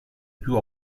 più